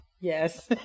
Yes